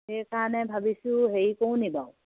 সেইকাৰণে ভাবিছোঁ হেৰি কৰোঁ নি বাৰু